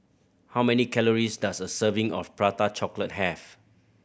how many calories does a serving of Prata Chocolate have